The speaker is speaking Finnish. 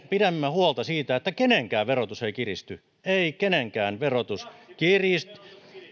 pidämme huolta siitä että kenenkään verotus ei kiristy ei kenenkään verotus kiristy